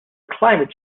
climate